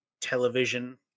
television